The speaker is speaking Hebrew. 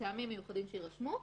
כמובן מטעמים מיוחדים שיירשמו,